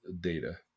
data